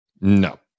No